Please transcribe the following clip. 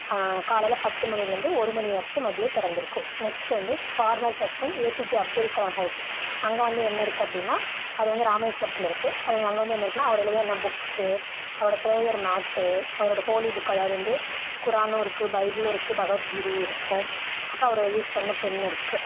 காலையில் பத்து மணிலேருந்து ஒரு மணி வரைக்கும் மதியம் திறந்திருக்கும் நெக்ஸ்ட் வந்து former president A P J Abdul Kalam house அங்கே வந்து என்ன இருக்கும் அப்படின்னா அது வந்து ராமேஸ்வரத்தில் இருக்குது அது வந்து அங்கே வந்து என்ன இருக்குதுன்னா அவர் எழுதின புக்ஸு அவரோட ப்ரேயர் மேட்டு அவரோட ஹோலிபுக்கு அதாவது வந்து குரானும் இருக்குது பைபிளும் இருக்குது பகவத்கீதையும் இருக்கும் அப்புறம் அவர் யூஸ் பண்ண பென் இருக்குது